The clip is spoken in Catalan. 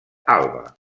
alba